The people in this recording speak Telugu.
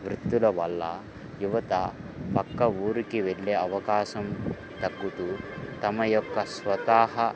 వృత్తుల వల్ల యువత పక్క ఊరికి వెళ్ళే అవకాశం తగ్గుతు తమ యొక్క స్వతహగ